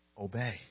Obey